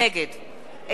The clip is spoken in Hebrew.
איתן כבל,